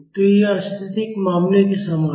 तो यह स्थैतिक मामले के समान है